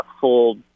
full